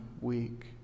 weak